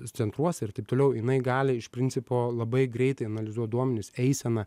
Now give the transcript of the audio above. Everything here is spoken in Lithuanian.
centruose ir taip toliau jinai gali iš principo labai greitai analizuot duomenis eiseną